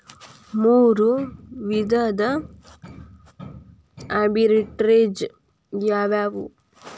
ಮೂರು ವಿಧದ ಆರ್ಬಿಟ್ರೆಜ್ ಯಾವವ್ಯಾವು?